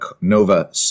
Nova